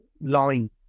line